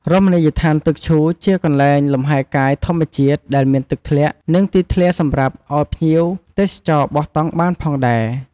រមណីយដ្ឋានទឹកឈូ ជាកន្លែងលំហែកាយធម្មជាតិដែលមានទឹកធ្លាក់ និងទីធ្លាសម្រាប់អោយភ្ញៀវទេចរបោះតង់បានផងដែរ។